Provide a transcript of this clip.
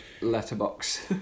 letterbox